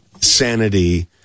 sanity